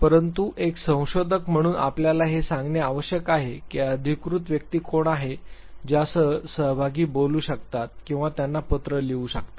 परंतु एक संशोधक म्हणून आपल्याला हे सांगणे आवश्यक आहे की अधिकृत व्यक्ती कोण आहे ज्यांसह सहभागी बोलू शकतात किंवा त्यांना पत्र लिहू शकतात